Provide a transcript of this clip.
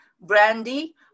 Brandy